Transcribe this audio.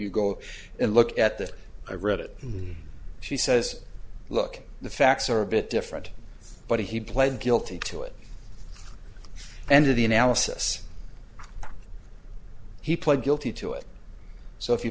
you go and look at that i read it and she says look the facts are a bit different but he pled guilty to it and to the analysis he pled guilty to it so if you